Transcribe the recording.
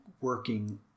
working